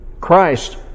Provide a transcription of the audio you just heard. Christ